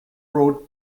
brought